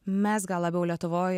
mes gal labiau lietuvoj